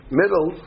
middle